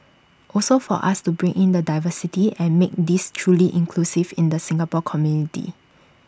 also for us to bring in the diversity and make this truly inclusive in the Singapore community